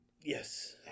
Yes